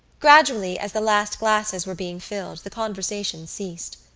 gradually as the last glasses were being filled the conversation ceased.